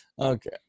Okay